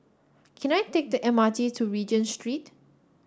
can I take the M R T to Regent Street